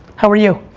how are you?